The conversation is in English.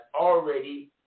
already